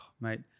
mate